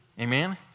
Amen